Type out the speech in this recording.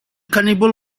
cannibal